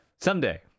Someday